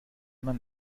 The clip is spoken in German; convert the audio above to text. man